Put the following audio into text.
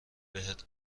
بهت